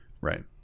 right